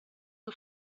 que